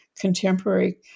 contemporary